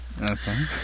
Okay